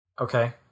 Okay